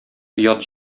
оят